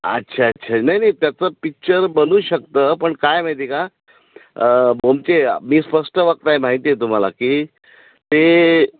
अच्छा अच्छा नाही नाही त्याचं पिच्चर बनू शकतं पण काय माहिती का गोमटे मी स्पष्ट वक्ता आहे माहितीय तुम्हाला की ते